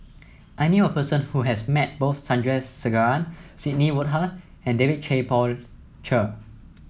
I knew a person who has met both Sandrasegaran Sidney Woodhull and David Tay Poey Cher